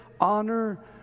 honor